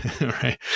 right